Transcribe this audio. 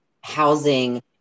housing